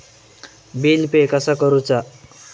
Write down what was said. Bill pay कसा करुचा?